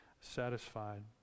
satisfied